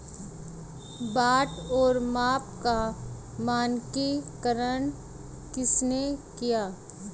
बाट और माप का मानकीकरण किसने किया?